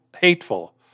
hateful